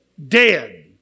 Dead